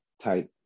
type